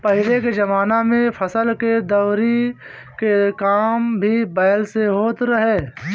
पहिले के जमाना में फसल के दवरी के काम भी बैल से होत रहे